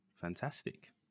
fantastic